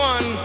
One